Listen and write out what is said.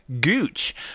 gooch